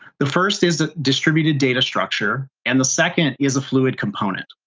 the first is that distributed data structure, and the second is a fluid component.